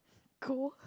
cool